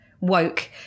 woke